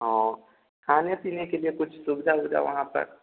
हाँ खाने पीने के लिए कुछ सुविधा उविधा वहाँ पर